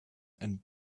and